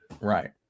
right